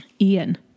Ian